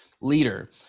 leader